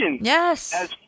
Yes